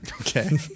Okay